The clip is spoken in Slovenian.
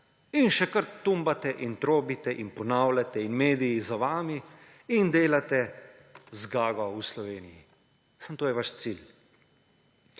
in še kar tumbate in trobite in ponavljate in mediji za vami in delate zgago v Sloveniji. Samo to je vaš cilj.